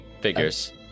figures